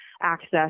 access